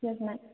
yes ma'am